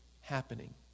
happening